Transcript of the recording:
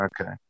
Okay